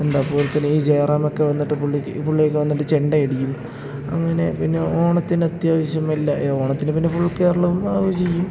എന്താ പൂരത്തിൽ ഈ ജയറാമൊക്കെ വന്നിട്ട് പുള്ളിക്ക് പുള്ളിയൊക്കെ വന്നിട്ട് ചെണ്ടയടിക്കും അങ്ങനെ പിന്നെ ഓണത്തിന് അത്യാവശ്യമല്ല ഓണത്തിന് പിന്നെ ഫുൾ കേരളവും അത് ചെയ്യും